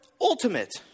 ultimate